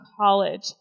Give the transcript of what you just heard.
college